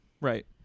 Right